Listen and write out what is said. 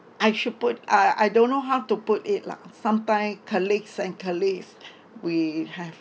I should put I I don't know how to put it lah sometime colleagues and colleagues we have